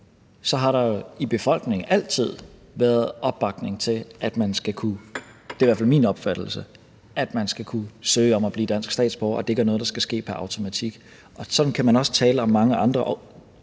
har der i befolkningen altid været opbakning til – det er i hvert fald min opfattelse – at man skal kunne søge om at blive dansk statsborger, og at det ikke er noget, der skal ske pr. automatik. Sådan kan man også tale om mange andre